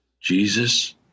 Jesus